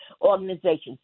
organizations